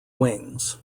wings